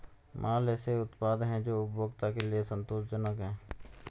माल ऐसे उत्पाद हैं जो उपभोक्ता के लिए संतोषजनक हैं